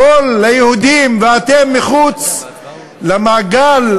הכול ליהודים ואתם מחוץ למעגל,